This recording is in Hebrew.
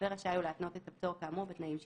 ורשאי הוא להתנות את הפטור כאמור בתנאים שיקבע".